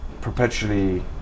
perpetually